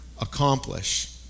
accomplish